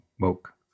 woke